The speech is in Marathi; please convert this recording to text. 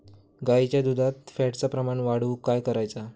गाईच्या दुधात फॅटचा प्रमाण वाढवुक काय करायचा?